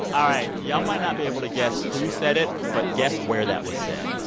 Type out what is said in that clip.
all right. y'all might not be able to guess who said it. but guess where that was said?